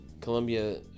Colombia